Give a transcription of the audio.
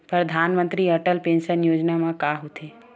परधानमंतरी अटल पेंशन योजना मा का होथे?